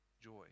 joy